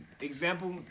example